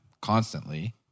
constantly